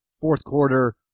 fourth-quarter